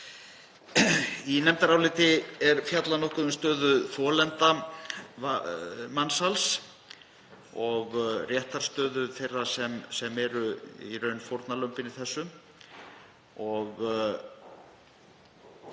Í nefndarálitinu er fjallað nokkuð um stöðu þolenda mansals og réttarstöðu þeirra sem eru í raun fórnarlömbin í þessu.